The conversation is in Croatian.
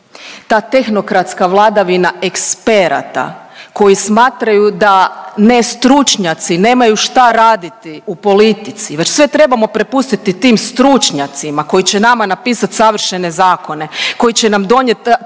ta tehnokratska vladavina eksperata koji smatraju da ne stručnjaci nemaju šta raditi u politici već sve trebamo prepustiti tim stručnjacima koji će nama napisat savršene zakone, koji će nam donijet